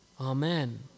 amen